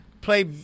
play